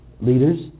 leaders